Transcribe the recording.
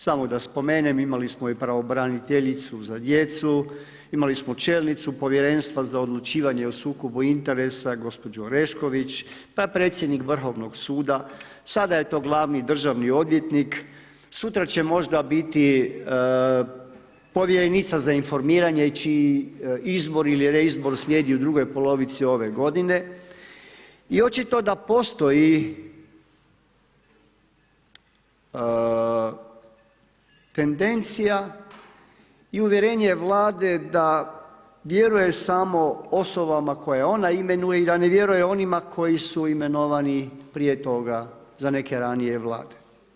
Samo da spomenem, imali smo i pravobraniteljicu za djecu, imali smo čelnicu povjerenstva za odlučivanje o sukobu interesa gospođu Orešković pa predsjednik Vrhovnog suda, sada je to glavni državni odvjetnik, sutra će možda biti povjerenica za informiranje čiji izbor ili reizbor slijedi u drugoj polovici ove godine i očito da postoji tendencija i uvjerenje Vlade da vjeruje samo osobama koje ona imenuje i da ne vjeruje onima koji su imenovani prije toga za neke ranije vlade.